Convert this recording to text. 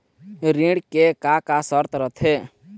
ऋण के का का शर्त रथे?